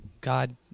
God